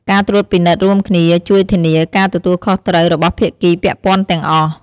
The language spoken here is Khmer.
ការត្រួតពិនិត្យរួមគ្នាជួយធានាការទទួលខុសត្រូវរបស់ភាគីពាក់ព័ន្ធទាំងអស់។